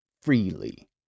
freely